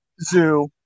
zoo